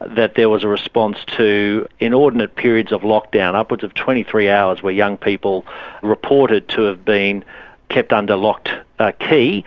that there was a response to inordinate periods of lockdown, upwards of twenty three hours where young people reported to have been kept under lock and key,